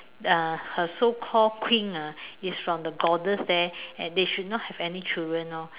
uh her so called queen ah is from the goddess there they should not have any children lor